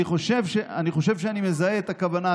אני חושב שאני מזהה את הכוונה.